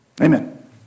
Amen